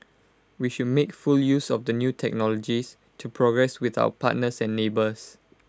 we should make full use of the new technologies to progress with our partners and neighbours